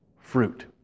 fruit